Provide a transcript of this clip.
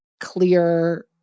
clear